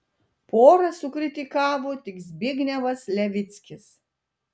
porą sukritikavo tik zbignevas levickis